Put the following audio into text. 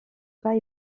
pas